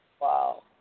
Wow